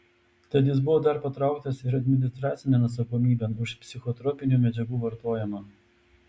tad jis buvo dar patrauktas ir administracinėn atsakomybėn už psichotropinių medžiagų vartojimą